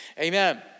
Amen